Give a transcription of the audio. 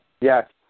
Yes